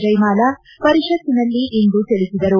ಜಯಮಾಲ ಪರಿಷತ್ನಲ್ಲಿಂದು ತಿಳಿಸಿದರು